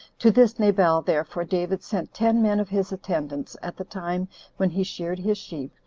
to this nabal, therefore, david sent ten men of his attendants at the time when he sheared his sheep,